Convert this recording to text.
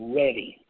ready